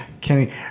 Kenny